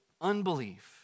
unbelief